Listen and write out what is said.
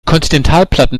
kontinentalplatten